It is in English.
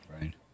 Right